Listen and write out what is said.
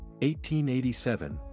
1887 –